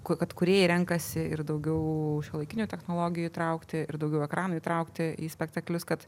kad kūrėjai renkasi ir daugiau šiuolaikinių technologijų įtraukti ir daugiau ekranų įtraukti į spektaklius kad